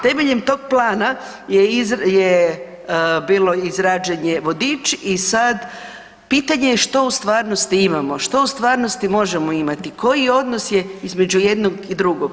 Temeljem tog plana je bilo, izrađen je vodič i sad pitanje je što u stvarnosti imamo, što u stvarnosti možemo imati, koji odnos je između jednog i drugog.